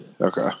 Okay